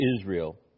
Israel